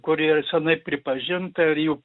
kuri senai pripažinta ir jau